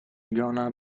gonna